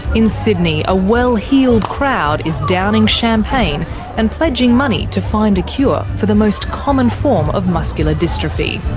in sydney, a well-heeled crowd is downing champagne and pledging money to find a cure for the most common form of muscular dystrophy.